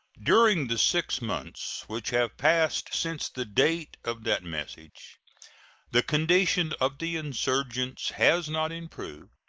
during the six months which have passed since the date of that message the condition of the insurgents has not improved,